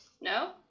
no